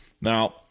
Now